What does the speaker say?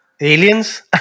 aliens